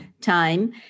time